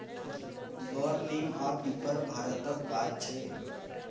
बर, नीम आ पीपर भारतक गाछ छै